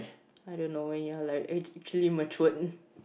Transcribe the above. I don't know when you're like act~ actually matured